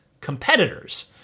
competitors